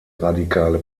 radikale